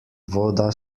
voda